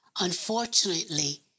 Unfortunately